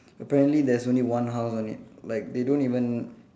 apparently there's only one house on it like they don't even